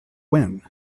when